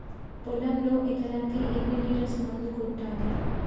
పొలంలో ఎకరాకి ఎన్ని లీటర్స్ మందు కొట్టాలి?